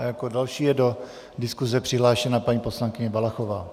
Jako další je do diskuse přihlášena paní poslankyně Valachová.